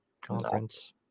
conference